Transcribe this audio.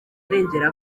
arengera